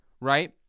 right